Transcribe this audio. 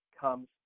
comes